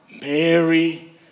Mary